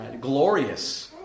Glorious